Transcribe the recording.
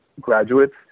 graduates